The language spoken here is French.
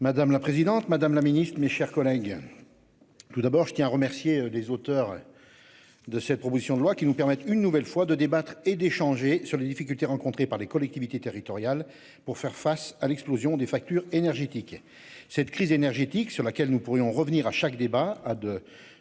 Madame la présidente Madame la Ministre, mes chers collègues. Tout d'abord je tiens à remercier les auteurs. De cette proposition de loi qui nous permettent une nouvelle fois de débattre et d'échanger sur les difficultés rencontrées par les collectivités territoriales pour faire face à l'explosion des factures énergétiques. Cette crise énergétique sur laquelle nous pourrions revenir à chaque débat à deux